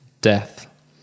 death